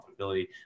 profitability